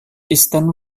eastern